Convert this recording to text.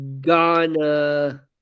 Ghana